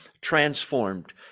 transformed